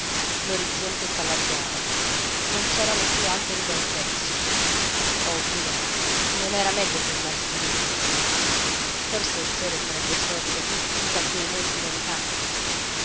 monti l'orizzonte s'allargava non c'eran piú alberi da un pezzo oh via non era meglio fermarsi lí forse il sole sarebbe sorto sú da quei monti lontani